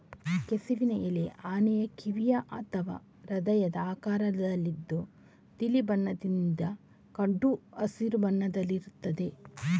ಕೆಸುವಿನ ಎಲೆ ಆನೆಯ ಕಿವಿಯ ಅಥವಾ ಹೃದಯದ ಆಕಾರದಲ್ಲಿದ್ದು ತಿಳಿ ಬಣ್ಣದಿಂದ ಕಡು ಹಸಿರು ಬಣ್ಣದಲ್ಲಿರ್ತದೆ